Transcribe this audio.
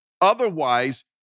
Otherwise